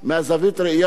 לשמחתי הרבה,